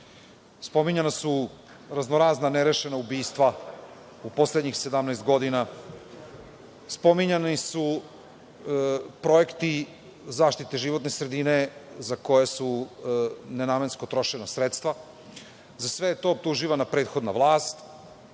Spominjana su raznorazna nerešena ubistva u poslednjih 17 godina, spominjani su projekti zaštite životne sredine za koje su nenamenski trošena sredstva, za sve to je optuživana prethodna